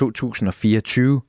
2024